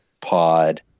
pod